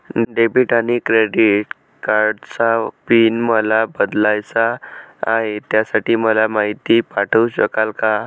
Debit आणि credit कार्डचा PIN मला बदलायचा आहे, त्यासाठी मला माहिती पाठवू शकाल का?